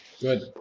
Good